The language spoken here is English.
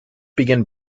begin